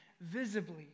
visibly